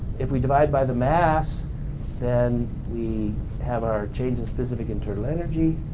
if we divide by the mass then we have our change in specific internal energy,